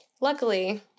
Luckily